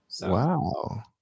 Wow